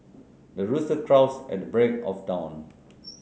the rooster crows at the break of dawn